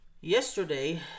yesterday